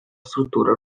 struttura